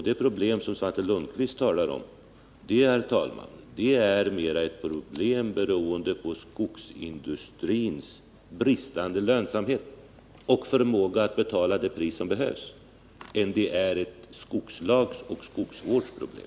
Det problem som Svante Lundkvist talar om är, herr talman, mer ett problem som beror på skogsindustrins bristande lönsamhet och förmåga att betala det pris som behövs än det är ett skogslagsoch skogsvårdsproblem.